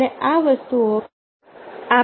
અને આ વસ્તુઓ આપણા શરીરમાં થતી હોય છે